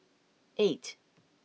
eight